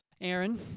Aaron